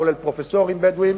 כולל פרופסורים בדואים,